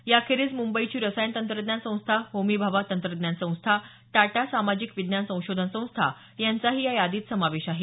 याखेरीज मुंबईची रसायन तंत्रज्ञान संस्था होमीभाभा तंत्रज्ञान संस्था टाटा सामाजिक विज्ञान संशोधन संस्था यांचाही या यादीत समावेश आहे